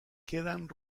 quedan